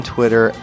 Twitter